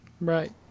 Right